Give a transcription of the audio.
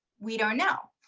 we don't know.